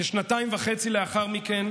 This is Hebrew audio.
כשנתיים וחצי לאחר מכן,